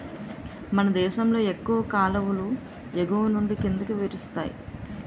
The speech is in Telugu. మనదేశంలో ఎక్కువ కాలువలు ఎగువనుండి కిందకి నీరిస్తాయి